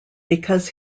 because